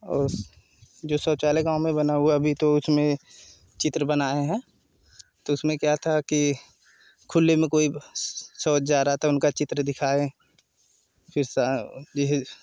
और जो शौचालय गाँव में बना हुआ है अभी तो उसमें चित्र बनाए हैं तो उसमें क्या था कि खुले में कोई शौंच जा रहा था उनका चित्र दिखाए फिर से जैसे